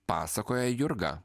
pasakoja jurga